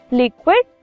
liquid